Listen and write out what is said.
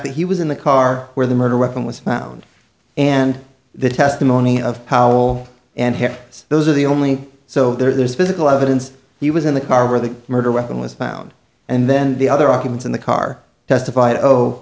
that he was in the car where the murder weapon was found and the testimony of powell and him those are the only so there's physical evidence he was in the car where the murder weapon was found and then the other occupants in the car testified oh